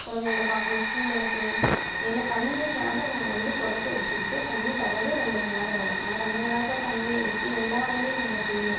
குழந்தைங்களை பார்க்கணும் ஸ்கூல் அனுப்பணும் மெயினாக தண்ணிக்காக நாங்கள் வந்து குடத்த எடுத்துக்கிட்டு தண்ணி வர்றது ரெண்டு மணி நேரம் வரும் அந்த ரெண்டு மணி நேரத்தில் தண்ணி எடுத்து எல்லா வேலையும் நாங்கள் செய்யணும்